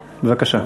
בבקשה.